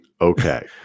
okay